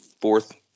fourth